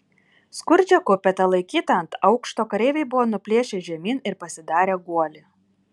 skurdžią kupetą laikytą ant aukšto kareiviai buvo nuplėšę žemyn ir pasidarę guolį